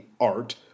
art